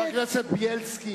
חבר הכנסת בילסקי,